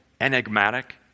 enigmatic